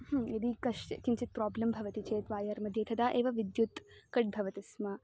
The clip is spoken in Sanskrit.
यदि कश्चित् किञ्चित् प्राब्लं भवति चेत् वायर्मध्ये तदा एव विद्युत् कट् भवति स्म